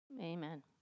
Amen